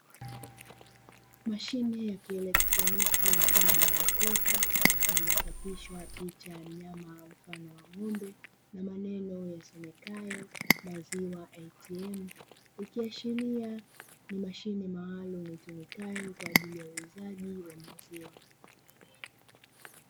Mashine ya kieletroniki mfano wa jokofu iliyochapishwa picha ya mnyama mfano wa ng'ombe na maneno yasomekayo "maziwa ATM". Ikiashiria ni mashine maalumu itumikayo kwaajili ya uuzaji wa maziwa.